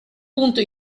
punto